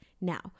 Now